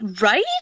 Right